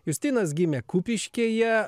justinas gimė kupiškyje